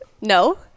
No